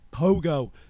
Pogo